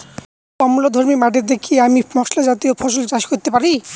অম্লধর্মী মাটিতে কি আমি মশলা জাতীয় ফসল চাষ করতে পারি?